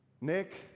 Nick